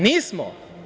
Nismo.